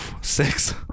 six